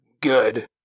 good